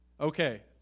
okay